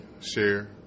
share